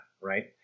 Right